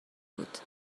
بود